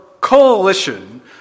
coalition